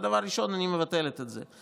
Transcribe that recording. היא אמרה: דבר ראשון אני מבטלת את זה.